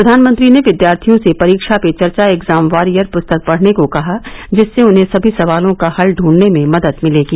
प्रधानमंत्री ने विद्यार्थियों से परीक्षा पे चर्चा एग्जाम वॉरियर पुस्तक पढ़ने को कहा जिससे उन्हें सभी सवालों का हल ढूंढने में मदद मिलेगी